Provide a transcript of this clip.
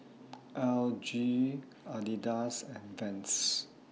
L G Adidas and Vans